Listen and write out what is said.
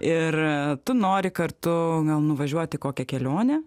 ir tu nori kartu gal nuvažiuoti kokią kelionę